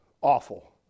awful